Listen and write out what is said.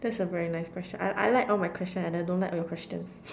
that's a very nice question I I like all my questions and I don't like all your questions